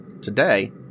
Today